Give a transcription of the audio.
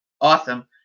awesome